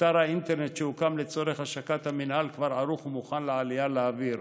אתר האינטרנט שהוקם לצורך השקת המינהל כבר ערוך ומוכן לעלייה לאוויר,